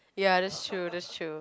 ya that's true that's true